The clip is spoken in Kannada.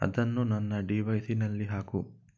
ಅದನ್ನು ನನ್ನ ಡಿ ವೈ ಸಿಯಲ್ಲಿ ಹಾಕು